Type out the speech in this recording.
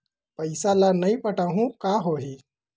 पईसा ल नई पटाहूँ का होही?